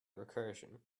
recursion